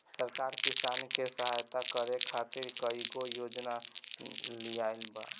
सरकार किसान के सहयता करे खातिर कईगो योजना लियाइल बिया